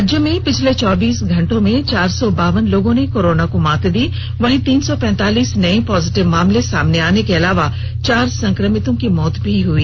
राज्य में पिछले चौबीस घंटे में चार सौ बावन लोगों ने कोरोना को मात दी वहीं तीन सौ पैंतालीस नए पॉजिटिव मामले सामने आने के अलावा चार संक्रमितों की मौत भी हो गई